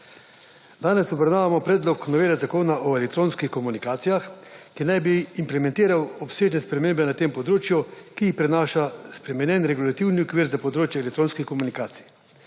Danes obravnavamo predlog novele zakona o elektronskih komunikacijah, ki naj bi implementiral obsežne spremembe na tem področju, ki jih prinaša spremenjen regulativni okvir za področje elektronskih komunikacij.